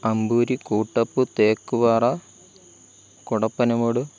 അമ്പൂരി കൂട്ടപ്പ് തേക്ക് പാറ കൊടപ്പനോട്